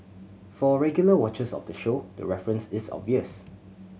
for regular watchers of the show the reference is obvious